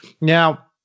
Now